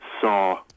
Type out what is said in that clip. saw